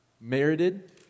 merited